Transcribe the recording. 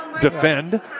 defend